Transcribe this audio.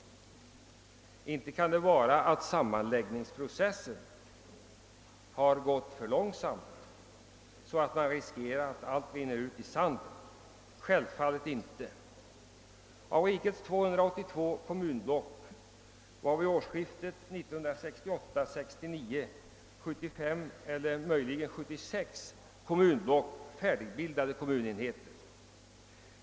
Självfallet kan det inte vara att sammanläggningsprocessen har gått för långsamt, så att man riskerar att allt rinner ut i sanden. Av tikets 282 kommunblock var vid årsskiftet 1968—1969 76 färdigbildade kommunenheter.